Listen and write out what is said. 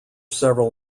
several